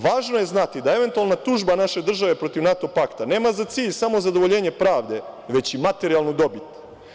Važno je znati da eventualna tužba naše države protiv NATO pakta nema za cilj samozadovoljenje pravde, već i materijalnu dobit.